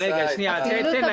תן לה,